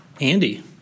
Andy